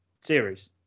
series